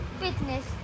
fitness